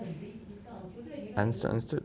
understood understood